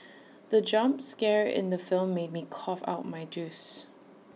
the jump scare in the film made me cough out my juice